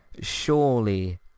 surely